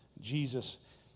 Jesus